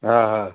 हा हा